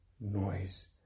noise